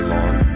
Long